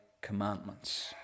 commandments